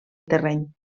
terreny